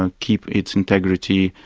ah keep its integrity,